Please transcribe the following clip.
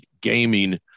gaming